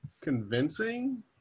convincing